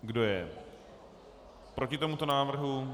Kdo je proti tomuto návrhu?